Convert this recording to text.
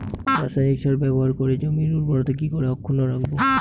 রাসায়নিক সার ব্যবহার করে জমির উর্বরতা কি করে অক্ষুণ্ন রাখবো